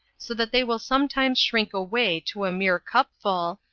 so that they will sometimes shrink away to a mere cupful,